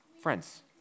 Friends